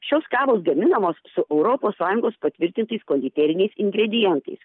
šios kavos gaminamos su europos sąjungos patvirtintais konditeriniais ingredientais